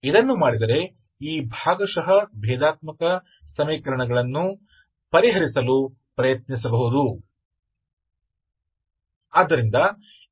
ಇದನ್ನು ಮಾಡಿದರೆ ಈ ಭಾಗಶಃ ಭೇದಾತ್ಮಕ ಸಮೀಕರಣಗಳನ್ನು ಪರಿಹರಿಸಲು ಪ್ರಯತ್ನಿಸಬಹುದು